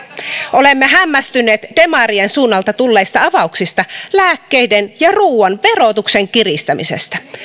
olemme hämmästyneet demarien suunnalta tulleista avauksista lääkkeiden ja ruuan verotuksen kiristämisestä